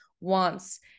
wants –